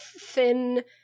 thin